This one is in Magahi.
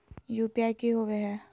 यू.पी.आई की होवे हय?